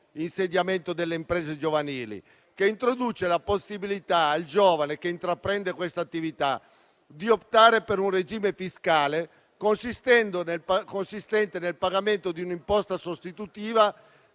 insediamento delle imprese giovanili, che introduce la possibilità per il giovane che intraprende questa attività di optare per un regime fiscale consistente nel pagamento di un'imposta sostitutiva